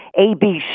ABC